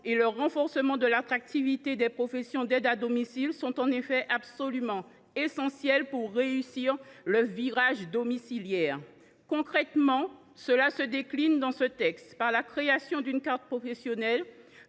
de l’accompagnement et de l’attractivité des professions d’aide à domicile est en effet absolument essentiel pour réussir le virage domiciliaire. Concrètement, cela se décline dans ce texte par la création d’une carte professionnelle,